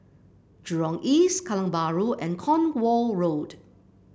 Jurong East Kallang Bahru and Cornwall Road